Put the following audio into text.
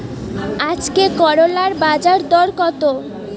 আজকে করলার বাজারদর কত?